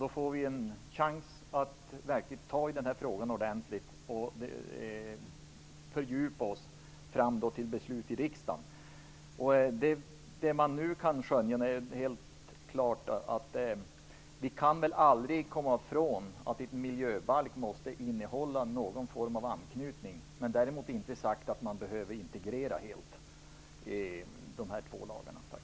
Då får vi en chans att verkligen ta tag i den här frågan ordentligt och fördjupa oss i den fram till dess att det skall fattas beslut i riksdagen. Det man nu kan skönja är att vi aldrig kan komma ifrån att en miljöbalk måste innehålla någon form av anknytning. Däremot inte sagt att man behöver integrera de här två lagarna helt.